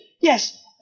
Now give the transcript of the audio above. Yes